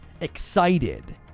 excited